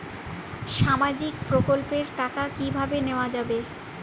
সামাজিক প্রকল্পের টাকা কিভাবে নেওয়া যাবে?